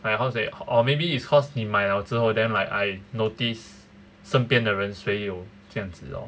how to say or maybe it's cause 你买了之后 then like I notice 身边的人谁有这样子 lor